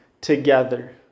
together